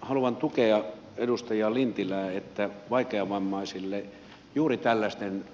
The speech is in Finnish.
haluan tukea edustaja lintilää että vaikeavammaisille juuri tällaisten